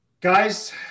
Guys